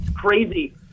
crazy